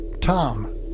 Tom